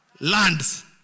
lands